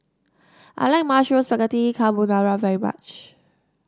I like Mushroom Spaghetti Carbonara very much